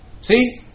See